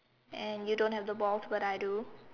and you don't have the balls but I do